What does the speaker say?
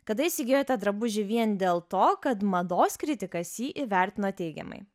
kada įsigijote drabužį vien dėl to kad mados kritikas jį įvertino teigiamai